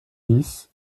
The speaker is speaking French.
dix